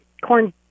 Corn